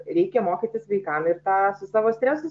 reikia mokytis vaikam ir tą su savo stresu